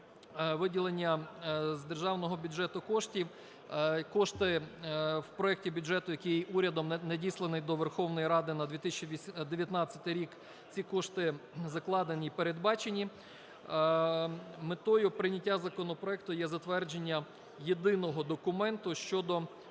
виділення з державного бюджету коштів, кошти в проекті бюджету, який урядом надісланий до Верховної Ради на 2019 рік, ці кошти закладені і передбачені. Метою прийняття законопроекту є затвердження єдиного документу щодо